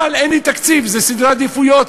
אבל אין לי תקציב, וזה סדרי עדיפויות.